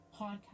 podcast